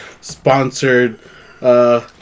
sponsored